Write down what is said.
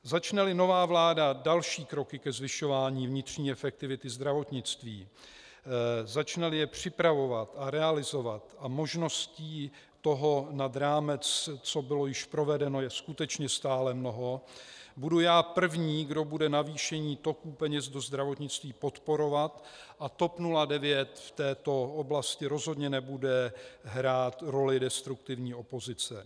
Začneli nová vláda další kroky ke zvyšování vnitřní efektivity zdravotnictví, začneli je připravovat a realizovat, a možností toho nad rámec co bylo již provedeno, je skutečně stále mnoho, budu já první, kdo bude navýšení toku peněz do zdravotnictví podporovat, a TOP 09 v této oblasti rozhodně nebude hrát roli destruktivní opozice.